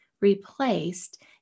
replaced